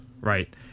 right